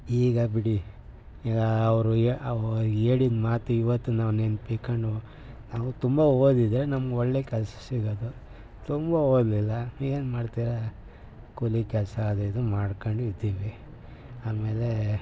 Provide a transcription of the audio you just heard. ಈಗ ಬಿಡಿ ಈಗ ಅವರು ಅವ್ರು ಹೇಳಿದ ಮಾತು ಈವತ್ತು ನಾವು ನೆನಪಿಟ್ಕೊಂಡು ನಾವು ತುಂಬ ಓದಿದರೆ ನಮ್ಗೆ ಒಳ್ಳೆಯ ಕೆಲ್ಸ ಸಿಗೋದು ತುಂಬ ಓದಲಿಲ್ಲ ಏನ್ಮಾಡ್ತೀರ ಕೂಲಿ ಕೆಲಸ ಅದು ಇದು ಮಾಡ್ಕೊಂಡು ಇದ್ದೀವಿ ಆಮೇಲೆ